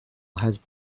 has